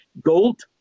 Gold